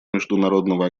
международного